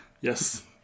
Yes